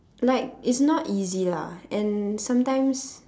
like it's not easy lah and sometimes